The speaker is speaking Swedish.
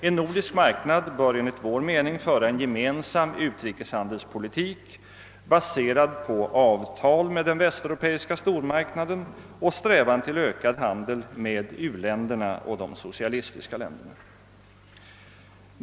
En nordisk marknad bör enligt vår mening föra en gemensam utrikeshandelspolitik, baserad på avtal med den västeuropeiska stormarknaden och strävan till ökad handel med u-länderna och de socialistiska länderna.